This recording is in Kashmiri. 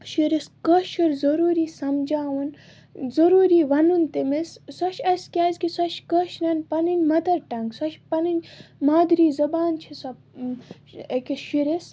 شُرِس کٲشُر ضُروٗری سَمجھاوُن ضُروٗری وَنُن تٔمِس سۄ چھِ اسہِ کیازِ کہِ سۄ چھِ کٲشِریٚن پَنٕنۍ مَدَر ٹنٛگ سۄ چھِ پَنٕنۍ مادری زبان چھِ سۄ أکِس شُرِس